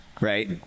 Right